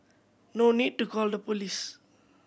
no need to call the police